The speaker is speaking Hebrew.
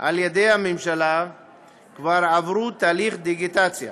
על ידי הממשלה כבר עברו תהליך דיגיטציה,